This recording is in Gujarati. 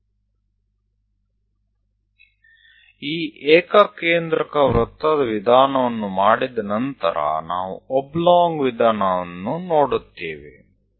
આ સમ કેન્દ્રીય વર્તુળ પદ્ધતિ કર્યા બાદ આપણે લંબચોરસ પદ્ધતિ સાથે જઈશું